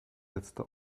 letzte